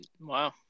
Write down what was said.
Wow